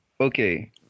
okay